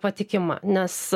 patikima nes